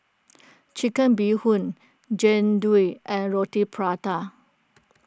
Chicken Bee Hoon Jian Dui and Roti Prata